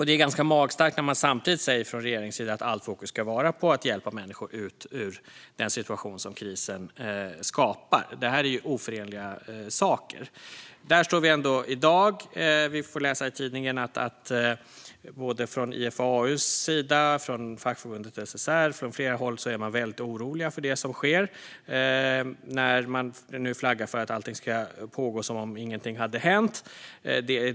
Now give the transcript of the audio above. Det är ganska magstarkt när man från regeringens sida samtidigt säger att allt fokus ska vara på att hjälpa människor ut ur den situation som krisen skapar. Detta är ju oförenliga saker. Där står vi ändå i dag. Vi får läsa i tidningen att man från IFAU:s sida, från fackförbundet SSR och från flera andra håll är väldigt orolig över det som sker när det nu flaggas för att allting ska pågå som om ingenting hade hänt.